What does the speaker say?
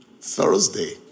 Thursday